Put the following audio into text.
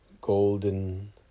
golden